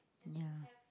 yeah